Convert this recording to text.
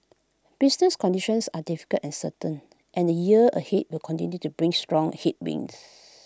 business conditions are difficult uncertain and the year ahead will continue to bring strong headwinds